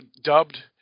dubbed